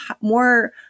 more